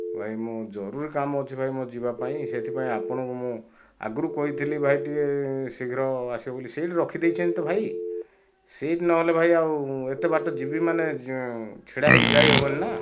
ଭାଇ ମୁଁ ଜରୁରୀ କାମ ଅଛି ଭାଇ ମୁଁ ଯିବା ପାଇଁ ସେଥିପାଇଁ ଆପଣଙ୍କୁ ମୁଁ ଆଗରୁ କହିଥିଲି ଭାଇ ଟିକିଏ ଶୀଘ୍ର ଆସିବ ବୋଲି ସିଟ ରଖିଦେଇଛନ୍ତି ତ ଭାଇ ସିଟ ନହେଲେ ଭାଇ ଆଉ ଏତେ ବାଟ ଯିବି ମାନେ ଛିଡ଼ା ହେଇକି ଯାଇହେବନି ନା